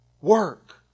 work